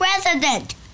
president